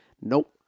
nope